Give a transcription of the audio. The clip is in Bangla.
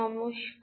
নমস্কার